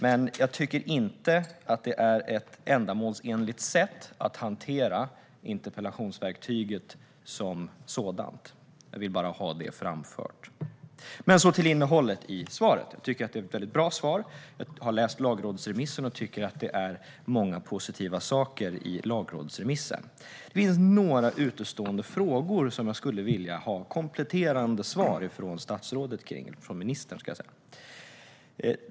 Men jag tycker inte att det är ett ändamålsenligt sätt att hantera interpellationsverktyget som sådant. Jag vill bara ha det framfört. Så till innehållet i svaret. Jag tycker att det är ett väldigt bra svar. Jag har läst lagrådsremissen och tycker att det finns många positiva saker i den. Det finns ett par utestående frågor som jag skulle vilja ha kompletterande svar på från ministern.